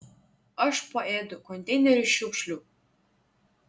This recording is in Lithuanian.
aš paėdu konteinerių šiukšlių